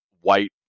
white